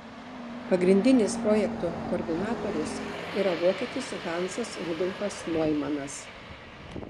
pagrindinis projekto koordinatorius yra vokietis hansas rudolfas noimanas